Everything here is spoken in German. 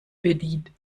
berlin